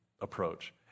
approach